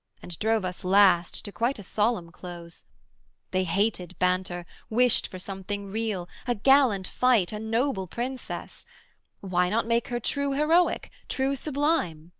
and drove us, last, to quite a solemn close they hated banter, wished for something real, a gallant fight, a noble princess why not make her true-heroic true-sublime?